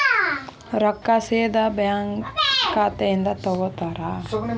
ರೊಕ್ಕಾ ಸೇದಾ ಬ್ಯಾಂಕ್ ಖಾತೆಯಿಂದ ತಗೋತಾರಾ?